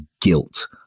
guilt